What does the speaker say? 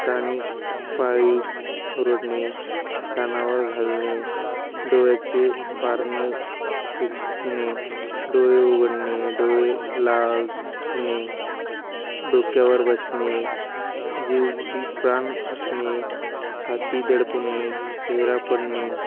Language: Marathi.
कानी कपाळी ओरडणे कानावर घालणे डोळ्याचे पारणे फिटणे डोळे उघडणे डोळे लागणे डोक्यावर बसणे जीव की प्राण असणे छाती दडपणे चेहरा पडणे